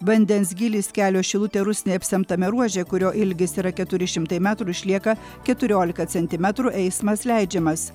vandens gylis kelio šilutė rusnė apsemtame ruože kurio ilgis yra keturi šimtai metrų išlieka keturiolika centimetrų eismas leidžiamas